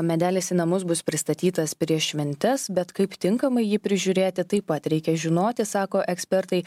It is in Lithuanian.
medelis į namus bus pristatytas prieš šventes bet kaip tinkamai jį prižiūrėti taip pat reikia žinoti sako ekspertai